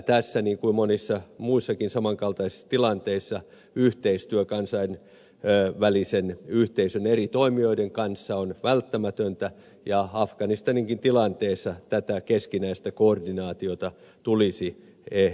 tässä niin kuin monissa muissakin saman kaltaisissa tilanteissa yhteistyö kansainvälisen yhteisön eri toimijoiden kanssa on välttämätöntä ja afganistaninkin tilanteessa tätä keskinäistä koordinaatiota tulisi edelleen parantaa